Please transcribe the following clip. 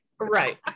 right